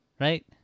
right